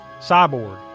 Cyborg